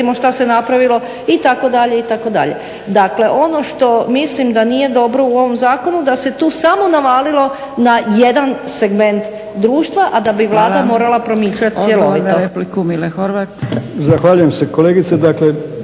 što se napravilo itd., itd. Dakle, ono što mislim da nije dobro u ovom zakonu da se tu samo navalilo na jedan segment društva, a da bi Vlada morala promišljati cjelovito. **Zgrebec, Dragica